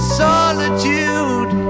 solitude